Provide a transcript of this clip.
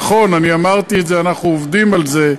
נכון, אמרתי את זה, אנחנו עובדים על זה.